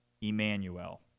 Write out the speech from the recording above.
Emmanuel